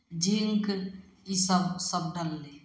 zinc इसभ सभ डालली